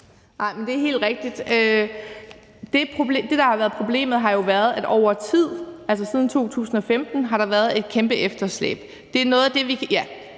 Det er helt rigtigt. Det, der har været problemet, er jo, at over tid, altså siden 2015, har der været et kæmpe efterslæb,